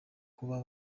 kuba